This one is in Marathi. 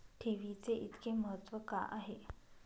ठेवीचे इतके महत्व का आहे?